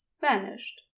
vanished